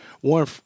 One